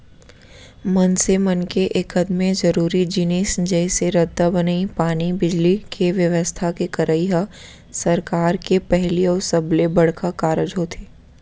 मनसे मन के एकदमे जरूरी जिनिस जइसे रद्दा बनई, पानी, बिजली, के बेवस्था के करई ह सरकार के पहिली अउ सबले बड़का कारज होथे